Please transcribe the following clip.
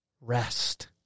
rest